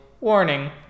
Warning